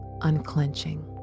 unclenching